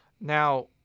Now